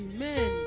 Amen